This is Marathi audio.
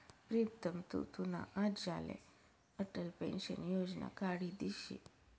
प्रीतम तु तुना आज्लाले अटल पेंशन योजना काढी दिशी